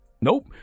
Nope